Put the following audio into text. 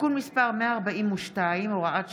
(תיקון מס' 142) (הוראת שעה)